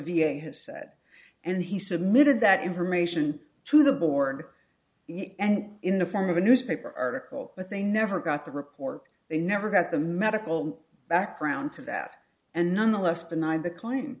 a has said and he submitted that information to the board and in the form of a newspaper article but they never got the report they never got the medical background to that and nonetheless deny the claim